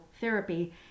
Therapy